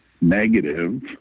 negative